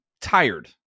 tired